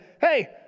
hey